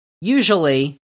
usually